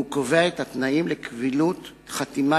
והוא קובע את התנאים לקבילות חתימה